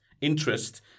interest